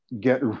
get